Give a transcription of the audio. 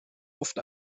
oft